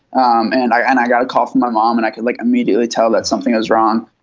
um and i and i got a call from my mom and i could like immediately tell that something was wrong.